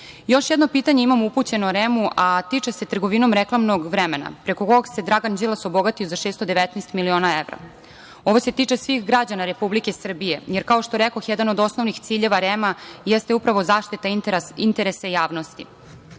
jedno pitanje imam upućeno REM-u, a tiče se trgovinom reklamnog vremena, preko kog se Dragan Đilas obogatio za 619 miliona evra. Ovo se tiče svih građana Republike Srbije, jer kao što rekoh, jedan od osnovnih ciljeva REM-a jeste upravo zaštita interesa javnosti.